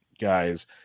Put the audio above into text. guys